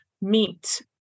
meet